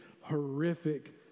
horrific